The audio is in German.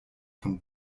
von